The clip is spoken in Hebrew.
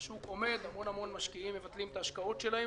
השוק עומד והמון משקיעים מבטלים את ההשקעות שלהם.